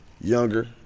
younger